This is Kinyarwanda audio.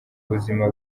ubuzima